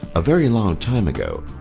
a very long time ago,